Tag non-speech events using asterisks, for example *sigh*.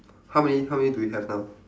*breath* how many how many do we have now